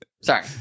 Sorry